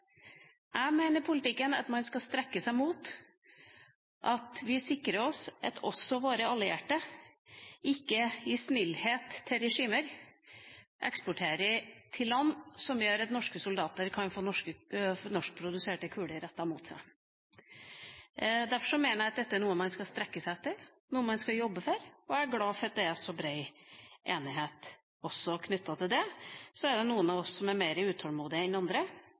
Jeg mener at man i politikken skal strekke seg mot å sikre at også våre allierte ikke av snillhet til regimer eksporterer til land som gjør at norske soldater kan få norskproduserte kuler rettet mot seg. Derfor mener jeg at dette er noe man skal strekke seg etter, noe man skal jobbe for, og jeg er glad for at det er så brei enighet også knyttet til det. Noen av oss er mer utålmodige enn andre,